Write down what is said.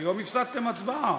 היום הפסדתם הצבעה.